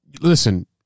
listen